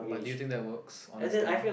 but do you think that works honestly